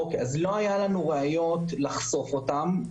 אז לא היו לנו ראיות לחשוף אותם,